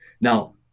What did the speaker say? Now